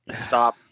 Stop